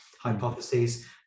hypotheses